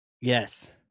Yes